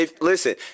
listen